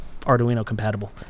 Arduino-compatible